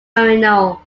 marino